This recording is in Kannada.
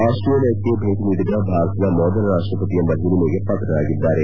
ಆಸ್ಲೇಲಿಯಾಕ್ಷೆ ಭೇಟಿ ನೀಡಿದ ಭಾರತದ ಮೊದಲ ರಾಷಪತಿ ಎಂಬ ಹಿರಿಮೆಗೆ ಪಾತರಾಗಿದ್ದಾರೆ